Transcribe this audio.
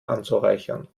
anzureichern